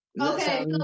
Okay